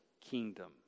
kingdom